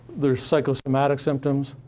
there's psychosomatic symptoms,